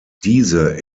diese